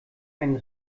ein